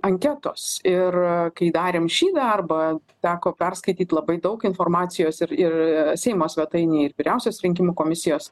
anketos ir kai darėm šį darbą teko perskaityt labai daug informacijos ir ir seimo svetainėj ir vyriausios rinkimų komisijos